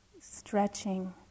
stretching